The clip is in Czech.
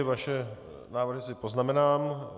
Vaše návrhy si poznamenám.